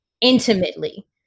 intimately